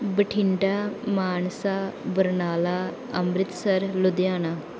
Bathinda Mansa Barnala Amritsar Ludhiana